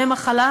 המחלה,